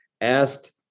asked